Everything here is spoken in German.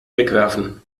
wegwerfen